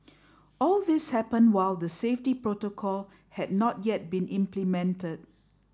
all this happened while the safety protocol had not yet been implemented